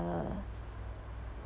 the